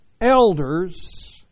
elders